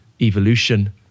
evolution